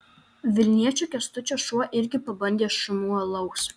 vilniečio kęstučio šuo irgi pabandė šunų alaus